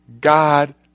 God